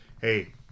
hey